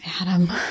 Adam